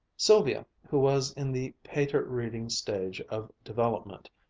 sylvia, who was in the pater-reading stage of development,